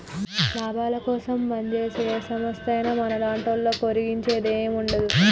లాభాలకోసం పంజేసే ఏ సంస్థైనా మన్లాంటోళ్లకు ఒరిగించేదేముండదు